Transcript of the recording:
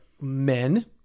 men